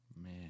Man